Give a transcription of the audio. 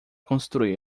construí